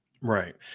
Right